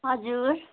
हजुर